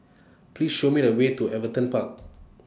Please Show Me The Way to Everton Park